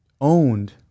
owned